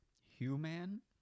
Human